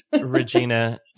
Regina